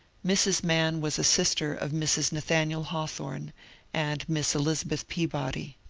mrs. mann was a sister of mrs. na thaniel hawthorne and miss elizabeth peabody.